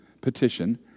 petition